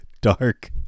dark